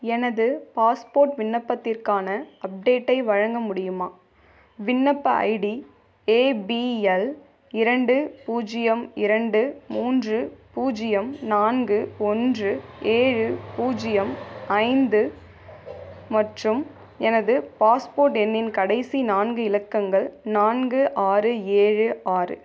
எனது பாஸ்போர்ட் விண்ணப்பத்திற்கான அப்டேட்டை வழங்க முடியுமா விண்ணப்ப ஐடி ஏ பி எல் இரண்டு பூஜ்ஜியம் இரண்டு மூன்று பூஜ்ஜியம் நான்கு ஒன்று ஏழு பூஜ்ஜியம் ஐந்து மற்றும் எனது பாஸ்போர்ட் எண்ணின் கடைசி நான்கு இலக்கங்கள் நான்கு ஆறு ஏழு ஆறு